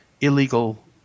illegal